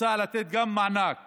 מוצע לתת גם מענק